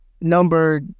number